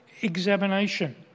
examination